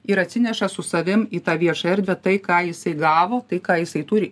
ir atsineša su savim į tą viešą erdvę tai ką jisai gavo tai ką jisai turi